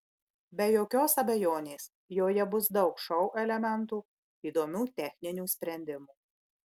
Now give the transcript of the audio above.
be jokios abejonės joje bus daug šou elementų įdomių techninių sprendimų